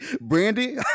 Brandy